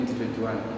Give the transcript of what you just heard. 2021